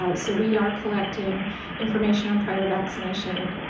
ah so we are collecting information on prior vaccination.